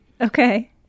Okay